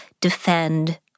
defend